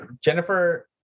Jennifer